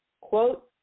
quote